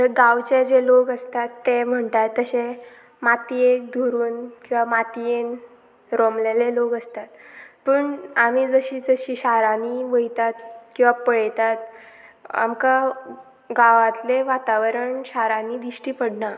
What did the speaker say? गांवचे जे लोक आसतात ते म्हणटात तशे मातयेक धरून किंवां मातयेन रोमलेले लोक आसतात पूण आमी जशी जशी शारांनी वयतात किंवां पळयतात आमकां गांवांतले वातावरण शारांनी दिश्टी पडना